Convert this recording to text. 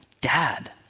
dad